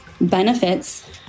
benefits